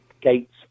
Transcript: gates